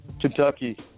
Kentucky